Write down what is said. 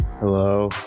Hello